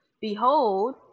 Behold